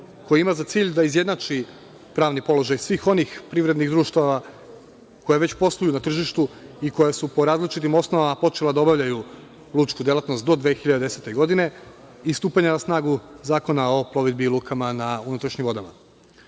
koji ima za cilj da izjednači pravni položaj svih onih privrednih društava koji već posluju na tržištu i koji su po različitim osnovama počela da obavljaju lučku delatnost do 2010. godine i stupanja na snagu Zakona o plovidbi i lukama na unutrašnjim vodama.U